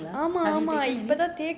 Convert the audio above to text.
have you taken any